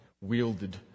wielded